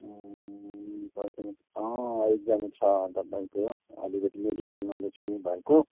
पर्खिनुहोस् अँ एकजना छ तपाईँको अलिकति मेडिकल नलेज पनि भएको